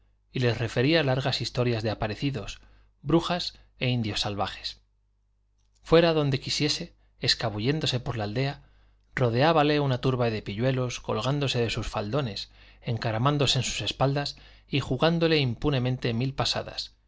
y les refería largas historias de aparecidos brujas e indios salvajes fuera donde quisiese escabulléndose por la aldea rodeábale una turba de pilluelos colgándose de sus faldones encaramándose en sus espaldas y jugándole impunemente mil pasadas